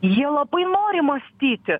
jie labai nori mąstyti